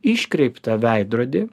iškreiptą veidrodį